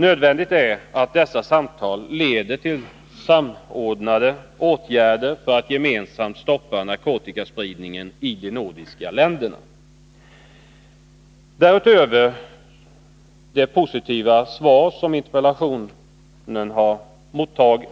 Nödvändigt är att dessa samtal leder till samordnade åtgärder för att gemensamt stoppa narkotikaspridningen i de nordiska länderna. Trots det positiva svar som interpellationen